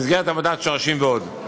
במסגרת עבודת שורשים ועוד.